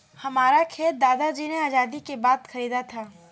हमारा खेत दादाजी ने आजादी के बाद खरीदा था